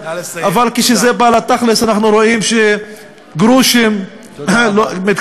אבל כשזה בא לתכל'ס אנחנו רואים שגרושים מתקבלים.